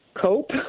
cope